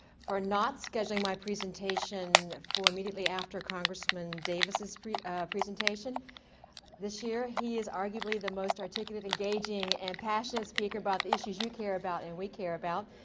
for not scheduling my presentation for immediately after congressman davis's presentation this year. he is arguably the most articulate, engaging, and passionate, speaker about issues you care about and we care about.